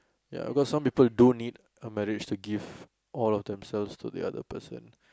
ya because some people do need a marriage to give all of themselves to the other person